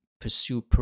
pursue